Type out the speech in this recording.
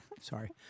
Sorry